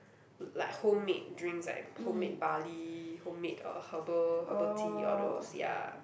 like homemade drinks like homemade barley homemade uh herbal herbal tea all those ya